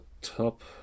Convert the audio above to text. top